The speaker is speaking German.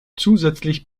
zusätzlich